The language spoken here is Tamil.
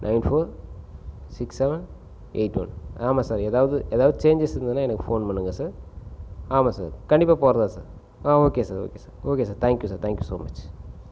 nine four six seven eight one ஆமாம் சார் எதாவது எதாவது சேஞ்சஸ் இருந்ததுன்னா எனக்கு ஃபோன் பண்ணுங்க சார் ஆமாம் சார் கண்டிப்பாக போகிறதுதான் சார் ஆ okay sir okay sir okay sir thank you sir thank you so much